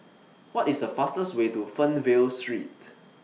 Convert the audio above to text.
What IS The fastest Way to Fernvale Street